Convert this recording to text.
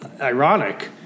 ironic